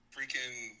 freaking